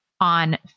on